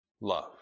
love